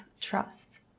trust